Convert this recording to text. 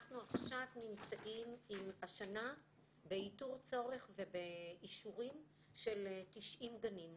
אנחנו השנה נמצאים באיתור צורך ובאישורים של 90 גנים נוספים.